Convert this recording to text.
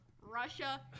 Russia